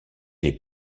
les